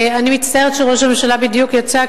אני מצטערת שראש הממשלה בדיוק יצא,